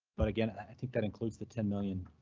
but again, i think that includes the ten million